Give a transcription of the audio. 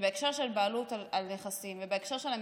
בהקשר של בעלות על נכסים ובהקשר של המדינה,